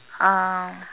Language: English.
uh